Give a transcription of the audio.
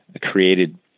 created